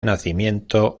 nacimiento